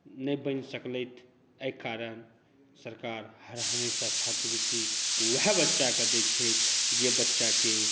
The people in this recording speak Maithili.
नहि बनि सकलथि एहि कारण सरकार हमेशा छात्रवृति वएह बच्चाके दै छै जे बच्चाके